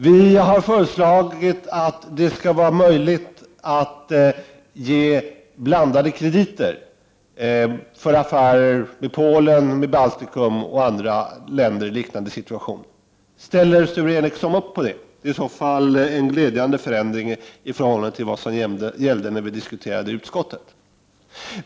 Vi har föreslagit att det skall vara möjligt att ge blandade krediter för affärer med Polen och Baltikum och andra länder i liknande situation. Ställer Sture Ericson upp bakom det kravet? Det är i så fall en glädjande förändring i förhållande till vad som gällde när vi diskuterade denna fråga i utskottet.